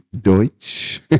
Deutsch